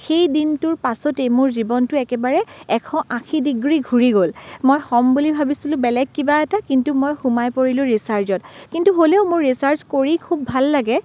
সেই দিনটোৰ পাছতে মোৰ জীৱনটো একেবাৰে এশ আশী ডিগ্ৰী ঘুৰি গ'ল মই হ'ম বুলি ভাবিছিলোঁ বেলেগ কিবা এটা কিন্তু মই সোমাই পৰিলোঁ ৰিচাৰ্জত কিন্তু হ'লেও মোৰ ৰিচাৰ্ছ কৰি খুব ভাল লাগে